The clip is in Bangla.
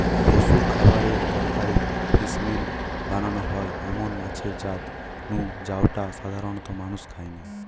পশুর খাবারের দরকারে ফিসমিল বানানা হয় এমন মাছের জাত নু জউটা সাধারণত মানুষ খায়নি